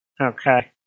Okay